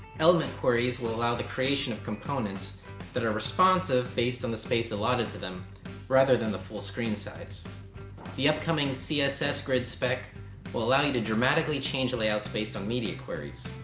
element queries will allow the creation of components that are responsive based on the space allotted of them rather than the full screen size the upcoming css grid spec will allow you to dramatically change layouts based on media queries.